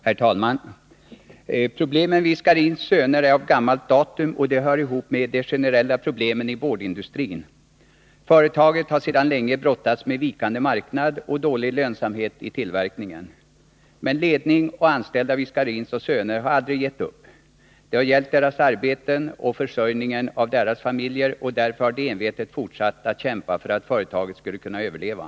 Herr talman! Problemen vid Scharins Söner är av gammalt datum och hör ihop med de generella problemen i boardindustrin. Företaget har sedan länge brottats med vikande marknad och dålig lönsamhet i tillverkningen. Men ledning och anställda vid Scharins Söner har aldrig gett upp. Det har Nr 32 gällt deras arbeten och försörjningen av deras familjer, och därför har de Tisdagen den envetet fortsatt att kämpa för att företaget skall kunna överleva.